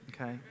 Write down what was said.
okay